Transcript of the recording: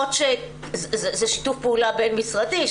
זה שיתוף פעולה בין משרדי,